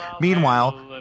Meanwhile